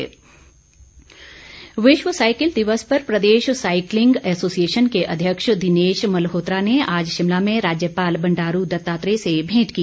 cycling विश्व cycle दिवस पर प्रदेश साईकिलिंग एसोसिएशन के अध्यक्ष दिनेश मल्होत्रा ने आज शिमला में राज्यपाल बंडारू दत्तात्रेय से भेंट की